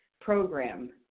program